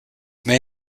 may